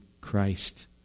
Christ